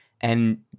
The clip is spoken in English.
and-